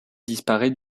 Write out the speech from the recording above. disparaît